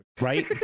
Right